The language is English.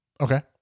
Okay